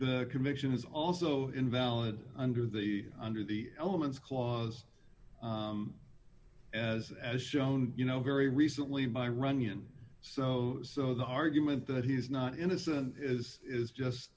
the conviction is also invalid under the under the elements clause as as shown you know very recently by runyan so so the argument that he's not innocent is is just